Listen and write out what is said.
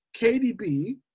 KDB